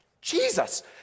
Jesus